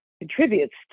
contributes